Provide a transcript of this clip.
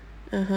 (uh huh)